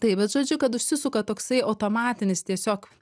taip bet žodžiu kad užsisuka toksai automatinis tiesiog